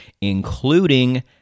including